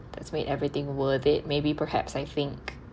that's made everything worth it maybe perhaps I think